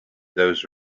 those